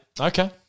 Okay